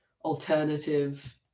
alternative